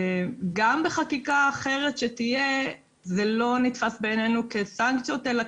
גם בחקיקה אחרת שתהיה זה לא נתפס בעינינו כסנקציות אלא